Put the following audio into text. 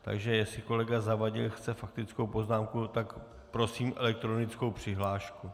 Takže jestli kolega Zavadil chce faktickou poznámku, tak prosím elektronickou přihlášku.